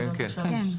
כן, כן.